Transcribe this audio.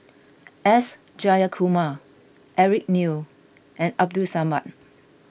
S Jayakumar Eric Neo and Abdul Samad